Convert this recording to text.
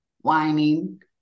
whining